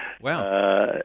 Wow